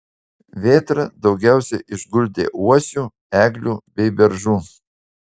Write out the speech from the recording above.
vėtra daugiausiai išguldė uosių eglių bei beržų